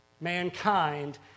Mankind